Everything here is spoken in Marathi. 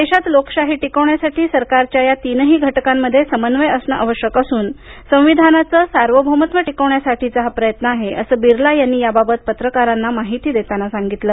देशात लोकशाही टिकवण्यासाठी सरकारच्या या तीनही घटकांमध्ये समन्वय असणं आवश्यक असून संविधानाचे सार्वभौमत्व टिकवण्यासाठीचा हा प्रयत्न आहे असं बिर्ला यांनी याबाबत पत्रकारांना माहिती देताना सांगितलं